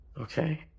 okay